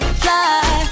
fly